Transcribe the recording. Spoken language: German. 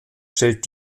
stellt